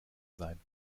sein